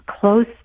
close